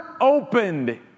opened